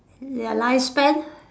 ya lifespan